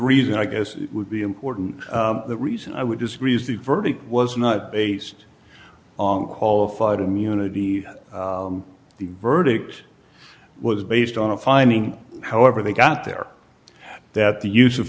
reason i guess it would be important the reason i would disagree is the verdict was not based on qualified immunity the verdict was based on a finding however they got there that the use of